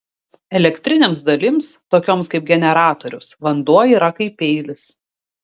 elektrinėms dalims tokioms kaip generatorius vanduo yra kaip peilis